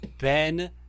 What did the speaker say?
Ben